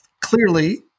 clearly